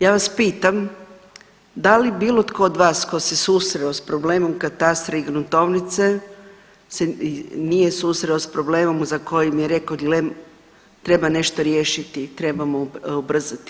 Ja vas pitam, da li bilo tko od vas tko se susreo s problemom katastra i gruntovnice se nije susreo s problemom za kojim je rekao gle treba nešto riješiti i trebamo ubrzati.